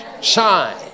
shine